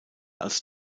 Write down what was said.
als